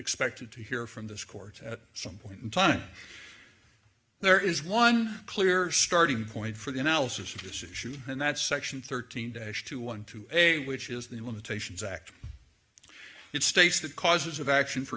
expected to hear from this court at some point in time there is one clear starting point for the analysis of this issue and that section thirteen days to one to a which is the limitations act it states that causes of action for